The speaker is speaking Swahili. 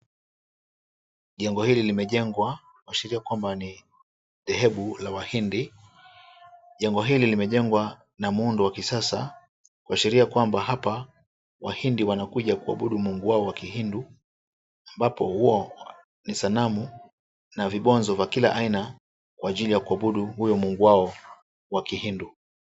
Jengo hili limejengwa kuashiria kwamba ni dhehebu la wahindi. Jengo hili limejengwa na muundo wa kisasa kuashiria kwamba hapa wahindi wanakuja kuabudu mungu wao wa kihindu ambapo huwa ni sanamu na vibonzo vya kila aina kwa ajili ya kuabudu huyo mungu wao wa kihindu.